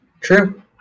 True